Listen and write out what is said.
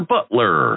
Butler